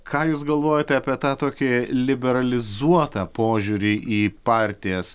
ką jūs galvojate apie tą tokį liberalizuotą požiūrį į partijas